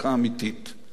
יהי זכרו ברוך.